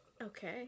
Okay